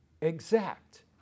Exact